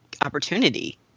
opportunity